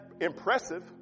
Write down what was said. impressive